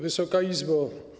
Wysoka Izbo!